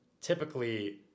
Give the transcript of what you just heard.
typically